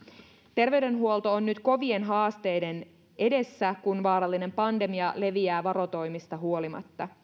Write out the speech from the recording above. terveydenhuolto on nyt kovien haasteiden edessä kun vaarallinen pandemia leviää varotoimista huolimatta